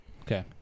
Okay